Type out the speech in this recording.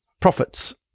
profits